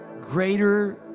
greater